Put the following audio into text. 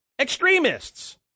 extremists